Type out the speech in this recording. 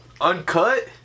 uncut